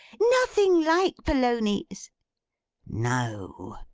nothing like polonies no,